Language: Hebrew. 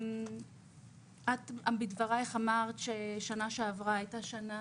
את אמרת ששנה שעברה היתה שנה